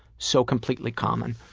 so completely common.